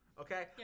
Okay